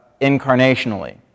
incarnationally